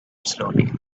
slowly